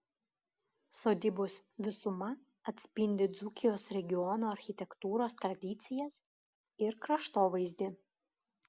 sodybos visuma atspindi dzūkijos regiono architektūros tradicijas ir kraštovaizdį